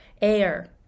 air